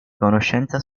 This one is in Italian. conoscenza